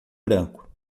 branco